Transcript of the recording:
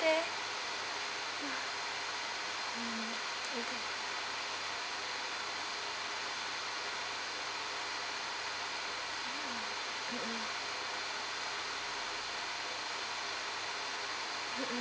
there mmhmm